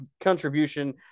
contribution